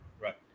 Right